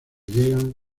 llegan